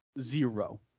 Zero